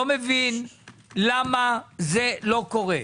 לא מבין למה זה לא קורה,